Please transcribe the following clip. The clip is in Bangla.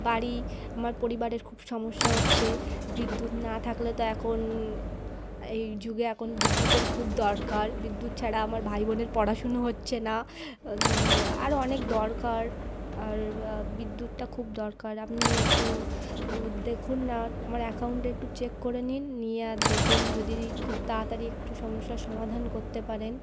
বাড়ি আমার পরিবারের খুব সমস্যা হচ্ছে বিদ্যুৎ না থাকলে তো এখন এই যুগে এখন বিদ্যুতের খুব দরকার বিদ্যুৎ ছাড়া আমার ভাই বোনের পড়াশুনো হচ্ছে না আরও অনেক দরকার আর বিদ্যুৎটা খুব দরকার আপনি একটু উ দেখুন না আমার অ্যাকাউন্টটা একটু চেক করে নিন নিয়ে আর দেখুন যদি খুব তাড়াতাড়ি একটু সমস্যার সমাধান করতে পারেন